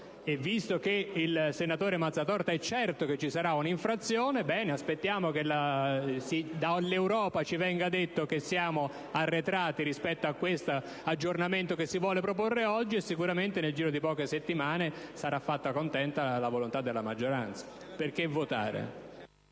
visto che il senatore Mazzatorta è certo che ci sarà una procedura di infrazione nei confronti dell'Italia, aspettiamo che dall'Europa ci venga detto che siamo arretrati rispetto a questo aggiornamento che si vuole proporre oggi, e sicuramente nel giro di poche settimane sarà soddisfatta la volontà della maggioranza. Perché votare?